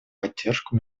поддержку